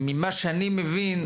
להבנתי,